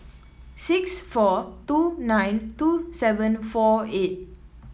six four two nine two seven four eight